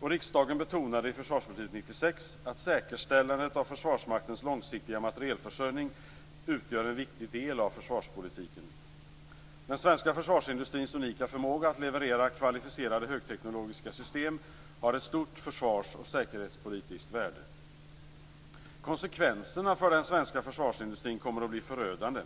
och riksdagen betonade i Försvarsbeslut 96 att säkerställandet av Försvarsmaktens långsiktiga materielförsörjning utgör en viktig del av försvarspolitiken. Den svenska försvarsindustrins unika förmåga att leverera kvalificerade högteknologiska system har ett stort försvarsoch säkerhetspolitiskt värde. Konsekvenserna för den svenska försvarsindustrin kommer att bli förödande.